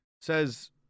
says